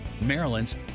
Maryland's